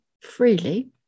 freely